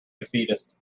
defeatist